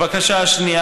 הבקשה השנייה,